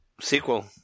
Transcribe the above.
Sequel